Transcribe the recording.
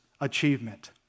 achievement